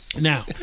Now